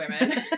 women